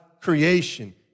creation